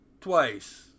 twice